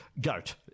Goat